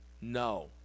No